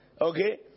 okay